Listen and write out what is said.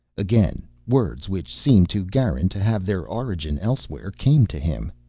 again words, which seemed to garin to have their origin elsewhere, came to him.